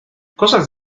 cosas